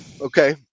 okay